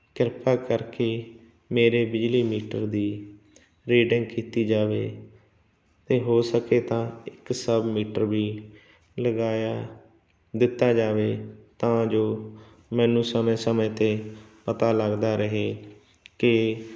ਕਿਰਪਾ ਕਰਕੇ ਮੇਰੇ ਬਿਜਲੀ ਮੀਟਰ ਦੀ ਰੀਡਿੰਗ ਕੀਤੀ ਜਾਵੇ ਅਤੇ ਹੋ ਸਕੇ ਤਾਂ ਇੱਕ ਸਬ ਮੀਟਰ ਵੀ ਲਗਾਇਆ ਦਿੱਤਾ ਜਾਵੇ ਤਾਂ ਜੋ ਮੈਨੂੰ ਸਮੇਂ ਸਮੇਂ 'ਤੇ ਪਤਾ ਲੱਗਦਾ ਰਹੇ ਕਿ